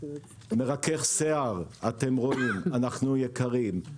אתם רואים שבמרכך שיער אנחנו יקרים.